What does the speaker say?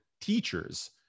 teachers